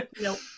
Nope